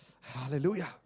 Hallelujah